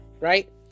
right